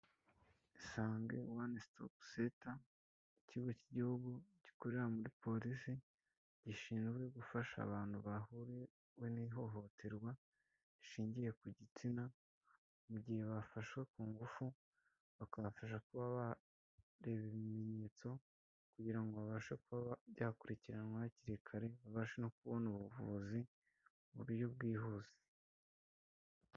Sange one stop cter ikigo cy'Igihugu gikorera muri Polisi gishinzwe gufasha abantu bahuriwe n'ihohoterwa rishingiye ku gitsina mu gihe bafashwe ku ngufu bakabafasha kuba bareba ibimenyetso kugira ngo babashe kuba byakurikiranwa hakiri kare babashe no kubona ubuvuzi mu buryo bwihuse.